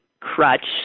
crutch